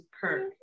perk